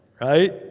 right